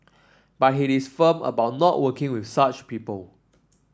but he is firm about not working with such people